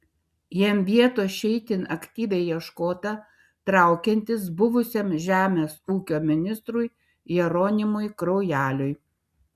jam vietos čia itin aktyviai ieškota traukiantis buvusiam žemės ūkio ministrui jeronimui kraujeliui